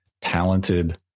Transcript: talented